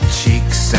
cheeks